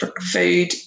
food